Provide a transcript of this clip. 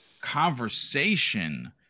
conversation